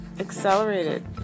accelerated